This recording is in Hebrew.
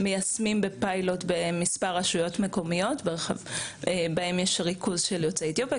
מיישמים בפיילוט במספר רשויות מקומיות בהן יש ריכוז של יוצאי אתיופיה,